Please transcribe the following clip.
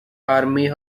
army